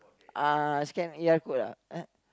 uh scan E_R code ah